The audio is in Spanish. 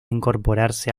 incorporarse